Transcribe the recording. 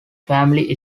family